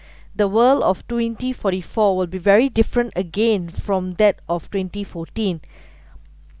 the world of twenty forty four will be very different again from that of twenty fourteen